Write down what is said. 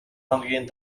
хоногийн